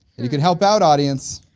you can help out audience!